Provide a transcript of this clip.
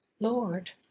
Lord